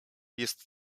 jest